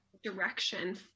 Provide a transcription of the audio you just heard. direction